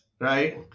right